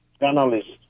journalists